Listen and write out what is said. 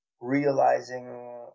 realizing